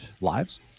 lives